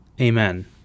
Amen